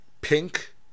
pink